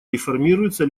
реформируются